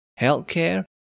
healthcare